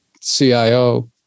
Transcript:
CIO